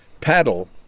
paddle